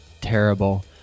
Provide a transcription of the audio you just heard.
terrible